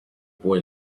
boy